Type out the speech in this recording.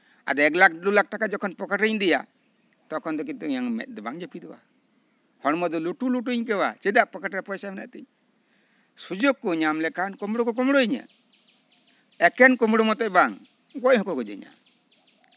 ᱡᱚᱠᱷᱚᱱ ᱯᱚᱠᱮᱴᱨᱤᱧ ᱤᱫᱤᱭᱟ ᱛᱚᱠᱷᱚᱱ ᱫᱚ ᱤᱧᱟᱹᱝ ᱢᱮᱸᱫ ᱫᱚ ᱵᱟᱝ ᱡᱟᱹᱯᱤᱫᱚᱜᱼᱟ ᱦᱚᱲᱢᱚ ᱫᱚ ᱞᱩᱴᱩᱼᱞᱩᱴᱩᱧ ᱟᱹᱭᱠᱟᱹᱣᱟ ᱪᱮᱫᱟᱜ ᱯᱚᱠᱮᱴ ᱨᱮ ᱯᱚᱭᱥᱟ ᱢᱮᱱᱟᱜ ᱛᱤᱧ ᱥᱩᱡᱳᱜᱽ ᱠᱚ ᱧᱟᱢ ᱞᱮᱠᱷᱟᱱ ᱠᱩᱢᱲᱩ ᱠᱚ ᱠᱩᱢᱲᱩᱭᱤᱧᱟᱹ ᱮᱠᱮᱱ ᱠᱩᱢᱲᱩ ᱢᱚᱛᱚ ᱦᱚᱸ ᱵᱟᱝ ᱜᱚᱡ ᱦᱚᱸᱠᱚ ᱜᱚᱡᱤᱧᱟ